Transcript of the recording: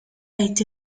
été